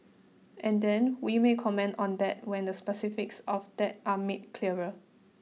and then we may comment on that when the specifics of that are made clearer